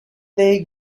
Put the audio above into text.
they